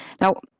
Now